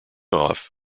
off